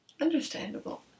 Understandable